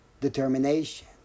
determination